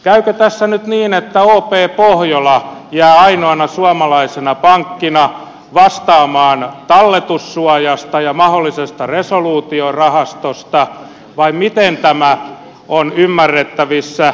käykö tässä nyt niin että op pohjola jää ainoana suomalaisena pankkina vastaamaan talletussuojasta ja mahdollisesta resoluutiorahastosta vai miten tämä on ymmärrettävissä